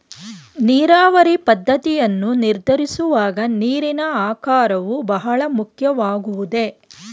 ನೀರಾವರಿ ಪದ್ದತಿಯನ್ನು ನಿರ್ಧರಿಸುವಾಗ ನೀರಿನ ಆಕಾರವು ಬಹಳ ಮುಖ್ಯವಾಗುವುದೇ?